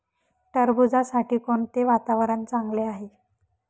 टरबूजासाठी कोणते वातावरण चांगले आहे?